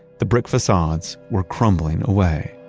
the brick facades were crumbling away.